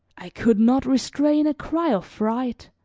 i could not restrain a cry of fright,